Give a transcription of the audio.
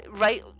right